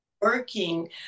working